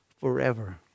forever